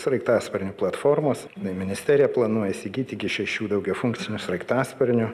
sraigtasparnių platformos ministerija planuoja įsigyti iki šešių daugiafunkcinių sraigtasparnių